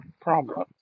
problem